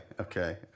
okay